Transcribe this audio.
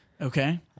Okay